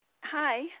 Hi